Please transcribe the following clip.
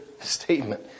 statement